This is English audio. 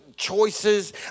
choices